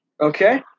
Okay